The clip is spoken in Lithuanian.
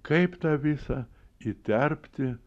kaip tą visą įterpti